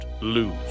lose